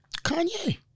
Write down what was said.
Kanye